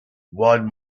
one